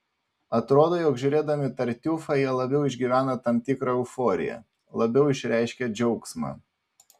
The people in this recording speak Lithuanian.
atrodo jog žiūrėdami tartiufą jie labiau išgyvena tam tikrą euforiją labiau išreiškia džiaugsmą